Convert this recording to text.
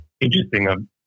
interesting